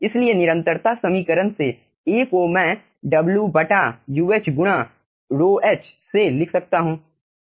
इसलिए निरंतरता समीकरण से A को मैं W बटा Uh गुणा ρh से लिख सकता हूं